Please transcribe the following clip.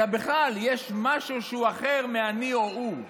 אלא בכלל יש משהו שהוא אחר מאני או הוא.